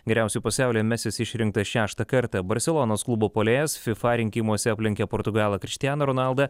geriausiu pasaulyje mesis išrinktas šeštą kartą barselonos klubo puolėjas fifa rinkimuose aplenkė portugalą krištianą ronaldą